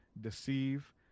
deceive